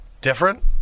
different